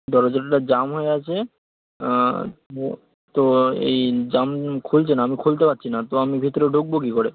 দরজাটা জাম হয়ে আছে তো তো এই জাম খুলছে না আমি খুলতে পারছি না তো আমি ভিতরে ঢুকবো কি করে